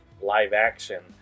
live-action